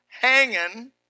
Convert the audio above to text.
Hanging